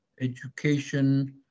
education